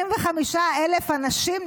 25,000 אנשים,